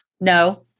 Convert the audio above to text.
No